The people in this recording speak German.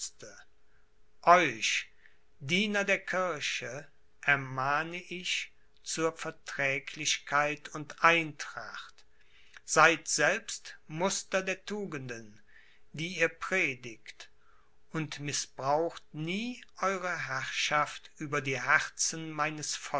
euch diener der kirche ermahne ich zur verträglichkeit und eintracht seid selbst muster der tugenden die ihr predigt und mißbraucht nie eure herrschaft über die herzen meines